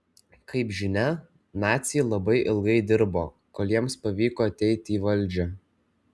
kaip žinia naciai labai ilgai dirbo kol jiems pavyko ateiti į valdžią